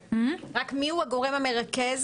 רק לגבי מי הוא הגורם המרכז